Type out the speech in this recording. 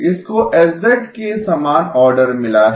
इसको H के समान ऑर्डर मिला है